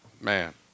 Man